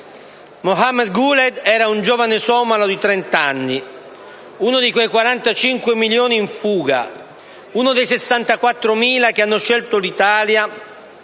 Mohamed Guled era un giovane somalo di 30 anni. Uno di quei 45 milioni in fuga. Uno dei 64.000 che hanno scelto l'Italia